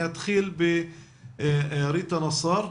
אתחיל בריטה נסאר,